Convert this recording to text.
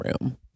room